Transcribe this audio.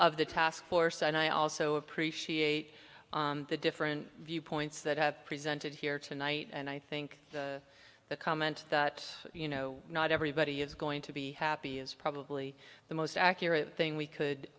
of the task force and i also appreciate the different viewpoints that have presented here tonight and i think the comment that you know not everybody is going to be happy is probably the most accurate thing we could